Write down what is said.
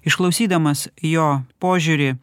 išklausydamas jo požiūrį